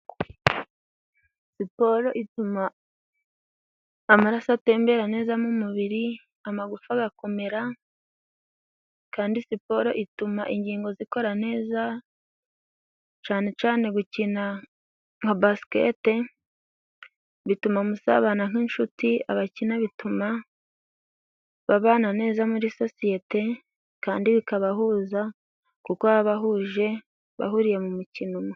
Siporo ituma amaraso atembera neza mu mubiri, amagufa agakomera, kandi siporo ituma ingingo zikora neza cane cane gukina nka basiketi bituma musabana nk'inshuti, abakina bituma babana neza muri sosiyete kandi ikabahuza, kuko yabahuje bahuriye mu mukino umwe.